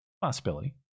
Possibility